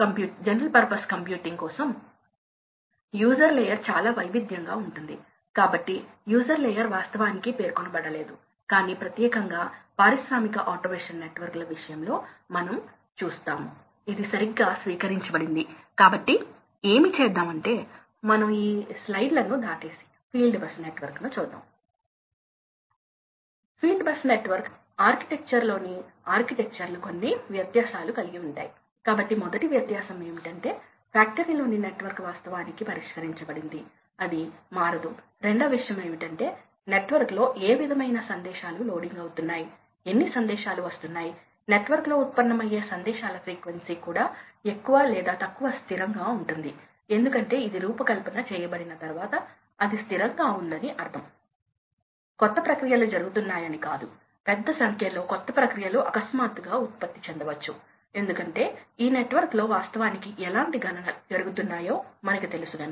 ఇప్పుడు ఇది ప్రత్యేకమైన సందర్భం కాబట్టి మీరు దీనిని చూడాలనుకుంటే మనం రావచ్చు మీరు ఈ సంఖ్యలను చూడాలనుకుంటే మనకు రావచ్చు కాబట్టి ఇది ఏమి చెబుతుంది అది మా ఉదాహరణ కోసం మరియు మేము చూసిన ఫ్యాన్ కర్వ్ కోసం మీరు 100 శాతం CFM 100 శాతం ప్రవాహం తీసుకుంటే హార్స్ పవర్ అవసరం 35 అవుతుంది ఆ కర్వ్స్ నుండి 35 కి ఎలా వస్తుందో చూద్దాం మీకు 80 శాతం ఉంటే హార్స్ పవర్ 35 అవసరం మీకు 60 శాతం ఉంటే అది 31 కి పడిపోతుంది మీకు 40 శాతం ఉంటే అది 27 పడిపోతుంది మరియు లోడ్ లక్షణాల నుండి వంద శాతం లోడ్ పది శాతం సమయం ఉంటుందని మేము చూశాము